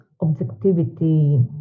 objectivity